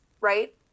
right